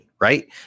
right